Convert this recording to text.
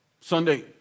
Sunday